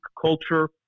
culture